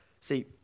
See